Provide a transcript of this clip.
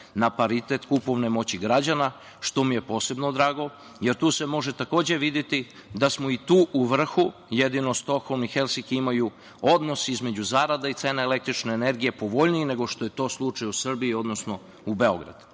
na paritet kupovne moći građana, što mi je posebno drago, jer tu se može takođe videti da smo i tu u vrhu. Jedino Stokholm i Helsinki imaju odnos između zarada i cena električne energije povoljniji nego što je to slučaj u Srbiji, odnosno u Beogradu. Takođe,